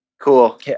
Cool